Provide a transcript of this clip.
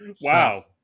Wow